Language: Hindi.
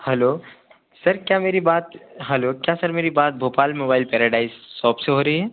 हेलो सर क्या मेरी बात हेलो क्या मेरी बात भोपाल मोबाइल पैराडाइस शॉप से हो रही है